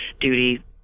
duty